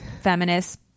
feminist